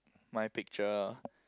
my picture